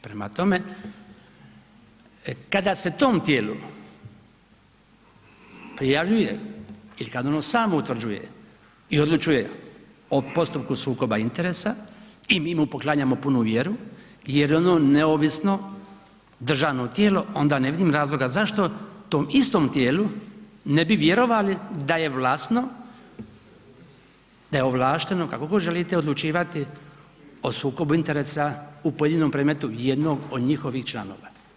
Prema tome, kada se tom tijelu prijavljuje ili kad ono samo utvrđuje i odlučuje o postupku sukoba interesa i mi mu poklanjamo punu vjeru jer je ono neovisno državno tijelo onda ne vidim razloga zašto tom istom tijelu ne bi vjerovali da je vlasno, da je ovlašteno kako god želite odlučivati o sukobu interesa u pojedinom predmetu jednog od njihovih članova.